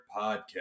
Podcast